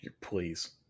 Please